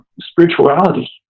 spirituality